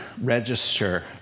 register